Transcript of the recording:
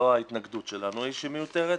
לא ההתנגדות שלנו היא שמיותרת.